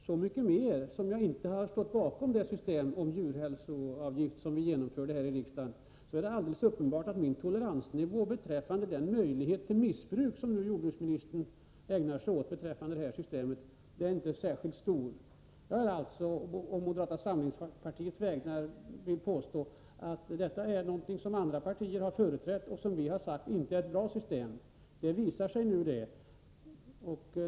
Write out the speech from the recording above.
Med tanke på att jag dessutom inte har stått bakom det system med djurhälsoavgift som vi genomförde här i riksdagen, är det alldeles uppenbart att min toleransnivå beträffande den möjlighet till missbruk som jordbruksministern nu talar om i fråga om detta system inte är särskilt stor. Jag vill alltså på moderata samlingspartiets vägnar påstå att detta är ett system som andra partier har företrätt och som vi har sagt inte är bra. Det visar sig nu att det inte är bra.